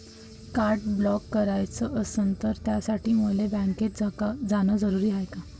Card block कराच असनं त त्यासाठी मले बँकेत जानं जरुरी हाय का?